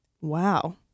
Wow